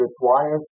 requires